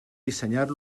dissenyar